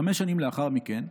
חמש שנים לאחר מכן,